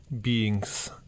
beings